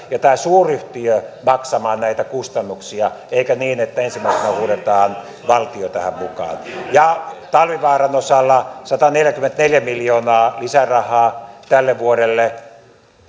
ja tämä suuryhtiö maksamaan näitä kustannuksia eikä niin että ensimmäisenä huudetaan valtiota tähän mukaan ja talvivaaran osalla sataneljäkymmentäneljä miljoonaa lisärahaa tälle vuodelle